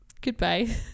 Goodbye